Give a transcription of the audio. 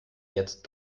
jetzt